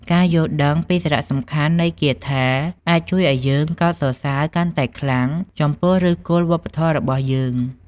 ការយល់ដឹងពីសារៈសំខាន់នៃគាថាអាចជួយឱ្យយើងកោតសរសើរកាន់តែខ្លាំងចំពោះឫសគល់វប្បធម៌របស់យើង។